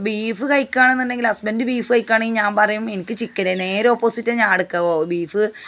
beef കഴിക്കണമെന്നുണ്ടെങ്കിൽ husband beef കഴിക്കുവാണെങ്ങി ഞാൻ പറയും എനിക്ക് ചിക്കൻ എനിക്ക് നേരെ ഓപ്പോസിറ്റാണ് ഞാനെടുക്കുക ബീഫ്